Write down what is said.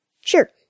Sure